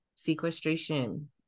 Sequestration